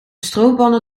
stroompanne